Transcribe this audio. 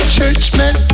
Churchmen